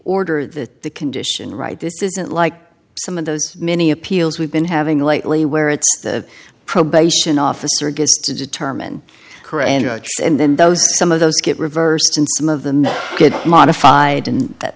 order that the condition right this isn't like some of those many appeals we've been having lately where it's the probation officer gets to determine kuranda and then those some of those get reversed and some of them that get modified and that